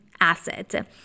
asset